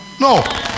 No